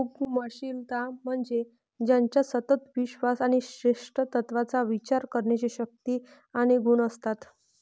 उद्यमशीलता म्हणजे ज्याच्यात सतत विश्वास आणि श्रेष्ठत्वाचा विचार करण्याची शक्ती आणि गुण असतात